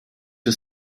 für